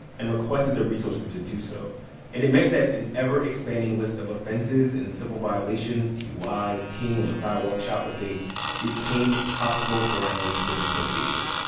and requested the resources to do so. and it meant that an ever-expanding list of offenses and civil violations duis, peeing on the sidewalk, shoplifting became possible grounds for deportation.